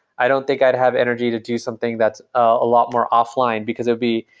i don't think i'd have energy to do something that's a lot more offline, because it'd be,